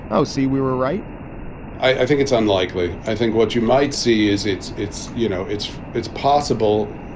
oh, see, we were right i think it's unlikely. i think what you might see is it's it's you know, it's it's possible,